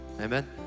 amen